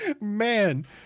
Man